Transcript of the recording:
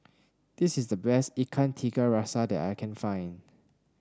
this is the best Ikan Tiga Rasa that I can find